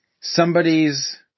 somebody's